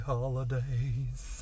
Holidays